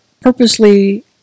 purposely